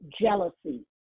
jealousy